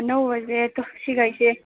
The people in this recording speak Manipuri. ꯑꯅꯧꯕꯁꯦ ꯇꯨ ꯁꯤꯒꯩꯁꯦ